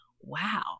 wow